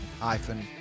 iPhone